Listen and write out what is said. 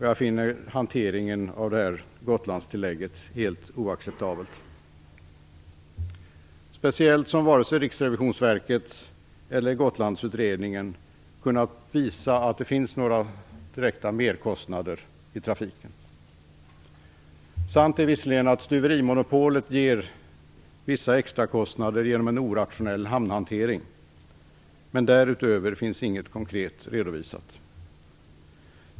Jag finner hanteringen av Gotlandstillägget helt oacceptabel, speciellt som varken Riksrevisionsverket eller Gotlandsutredningen har kunnat visa att det finns några direkta merkostnader för trafiken. Sant är visserligen att stuverimonopolet ger vissa extra kostnader genom en orationell hamnverksamhet, men därutöver finns inget konkret redovisat.